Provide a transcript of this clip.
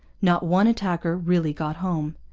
not one attacker really got home.